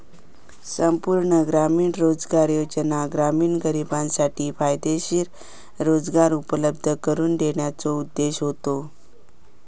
संपूर्ण ग्रामीण रोजगार योजना ग्रामीण गरिबांसाठी फायदेशीर रोजगार उपलब्ध करून देण्याच्यो उद्देशाने होता